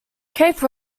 cape